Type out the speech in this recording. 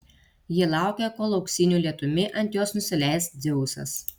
ji laukia kol auksiniu lietumi ant jos nusileis dzeusas